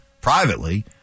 privately